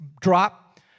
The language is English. Drop